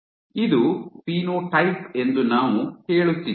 ಇದು ಫಿನೋಟೈಪ್ ಎಂದು ನಾವು ಹೇಳುತ್ತಿದ್ದೇವೆ